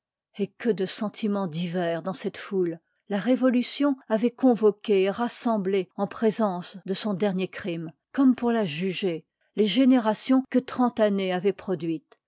çt que de sentimens divers dans eettd foule ia rérolution avoit convoque et ras sejrnl eh présence de son dernier crime comme pour la juger les générations que trente années avoient produites